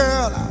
Girl